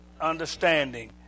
Understanding